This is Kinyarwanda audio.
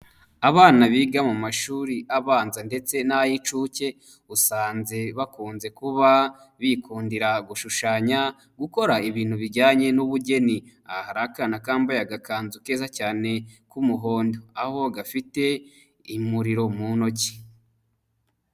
Abana biga mu mashuri abanza ndetse n'ay'incuke, usanze bakunze kuba bikundira gushushanya, gukora ibintu bijyanye n'ubugeni. Aha hari akana kambaye agakanzu keza cyane k'umuhondo aho gafite umuriro mu intoki.